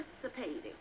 participating